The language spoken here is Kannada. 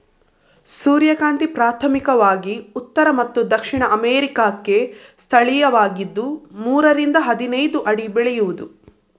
ಸೂರ್ಯಕಾಂತಿ ಪ್ರಾಥಮಿಕವಾಗಿ ಉತ್ತರ ಮತ್ತು ದಕ್ಷಿಣ ಅಮೇರಿಕಾಕ್ಕೆ ಸ್ಥಳೀಯವಾಗಿದ್ದು ಮೂರರಿಂದ ಹದಿನೈದು ಅಡಿ ಬೆಳೆಯುವುದು